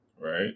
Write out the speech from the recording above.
right